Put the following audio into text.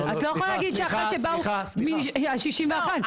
את לא יכולה להגיד שאחרי שבאו ה- 61,